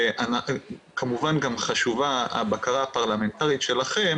כמובן גם חשובה הבקרה הפרלמנטרית שלכם